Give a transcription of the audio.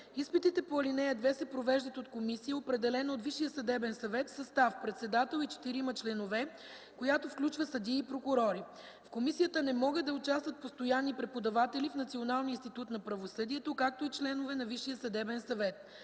Изпитите по ал. 2 се провеждат от комисия, определена от Висшия съдебен съвет, в състав председател и четирима членове, която включва съдии и прокурори. В комисията не могат да участват постоянни преподаватели в Националния институт на правосъдието, както и членове на Висшия съдебен съвет.